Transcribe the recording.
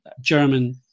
German